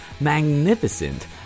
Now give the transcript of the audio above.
magnificent